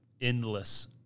endless